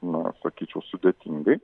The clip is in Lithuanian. na sakyčiau sudėtingai